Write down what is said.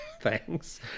thanks